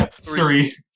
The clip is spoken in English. Three